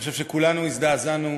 שכולנו הזדעזענו